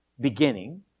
beginning